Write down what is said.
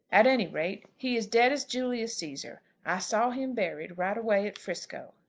at any rate he is dead as julius caesar. i saw him buried right away at frisco.